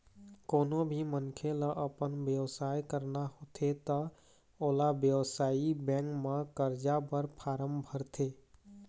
कोनो भी मनखे ल अपन बेवसाय करना होथे त ओला बेवसायिक बेंक म करजा बर फारम भरथे